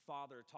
Father